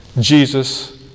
Jesus